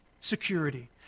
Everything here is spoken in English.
security